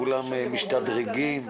כולם משתדרגים.